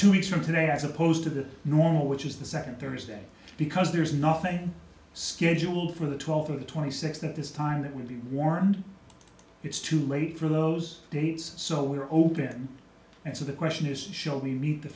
two weeks from today as opposed to the normal which is the second thursday because there's nothing scheduled for the twelve or the twenty sixth at this time that will be warmed it's too late for those dates so we're open and so the question is shall we meet the